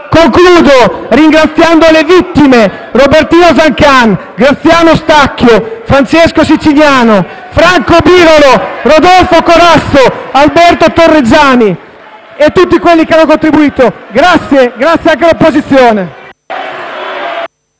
Concludo ringraziando le vittime: Robertino Zancan, Graziano Stacchio, Francesco Siciliano, Franco Birolo, Rodolfo Corazzo, Alberto Torregiani e tutti i quelli che hanno dato il loro contributo. Ringrazio anche l'opposizione.